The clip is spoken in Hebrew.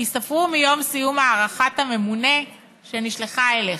"ייספרו מיום סיום הארכת הממונה שנשלחה אליך".